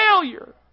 failure